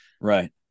Right